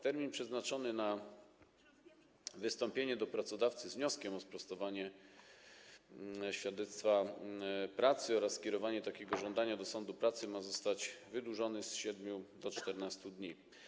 Termin przeznaczony na wystąpienie do pracodawcy z wnioskiem o sprostowanie świadectwa pracy oraz skierowanie takiego żądania do sądu pracy ma zostać wydłużony z 7 do 14 dni.